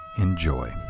Enjoy